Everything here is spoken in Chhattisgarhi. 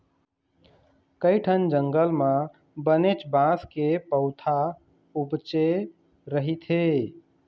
कइठन जंगल म बनेच बांस के पउथा उपजे रहिथे